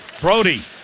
Brody